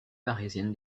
parisienne